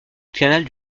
canal